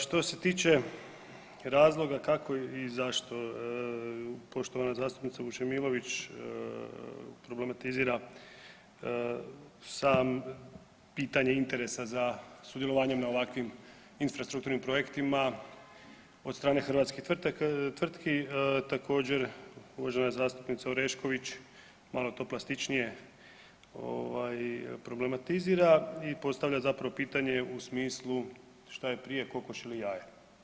Što se tiče razloga kako i zašto poštovana zastupnica Vučemilović problematizira sam pitanje interesa za sudjelovanjem na ovakvim infrastrukturnim projektima od strane hrvatskih tvrtki, također uvažena zastupnica Orešković malo to plastičnije ovaj problematizira i postavlja zapravo pitanje u smislu šta je prije kokoš ili jaje?